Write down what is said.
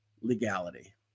Legality